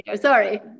Sorry